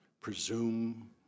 presume